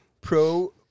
Pro